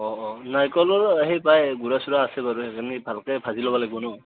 অঁ অঁ নাৰিকলৰো সেই পাই গুৰা চুৰা আছেই বাৰু সেইখিনি ভালকৈ ভাজি লবা লাগিব ন